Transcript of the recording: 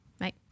right